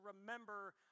remember